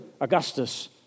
Augustus